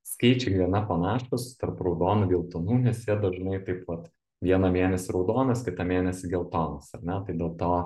skaičiai gana panašūs tarp raudonų geltonų nes jie dažnai taip vat vieną mėnesį raudonas kitą mėnesį geltonas ar ne tai dėl to